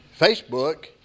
Facebook